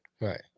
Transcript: Right